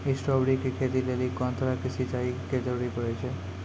Strawberry के खेती लेली कोंन तरह के सिंचाई के जरूरी पड़े छै?